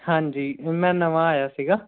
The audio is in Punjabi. ਹਾਂਜੀ ਮੈਂ ਨਵਾਂ ਆਇਆ ਸੀਗਾ